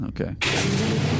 Okay